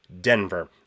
Denver